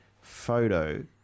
photo